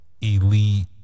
elite